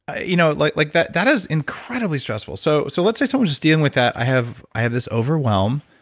you know like like that that is incredibly stressful. so so let's say someone's just dealing with that, i have i have this overwhelm,